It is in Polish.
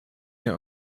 nie